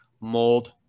mold